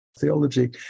theology